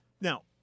Now